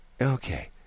okay